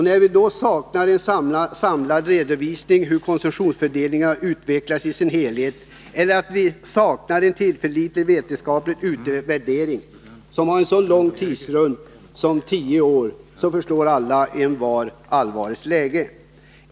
Någon samlad redovisning av hur konsumtionsfördelningen utvecklats som helhet eller någon tillförlitlig vetenskaplig utvärdering finns inte för de senaste tio åren, och då förstår alla och envar lägets allvar.